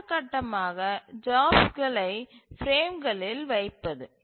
அடுத்த கட்டமாக ஜாப்ஸ்களை பிரேம்களில் வைப்பது